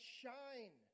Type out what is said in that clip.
shine